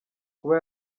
kuba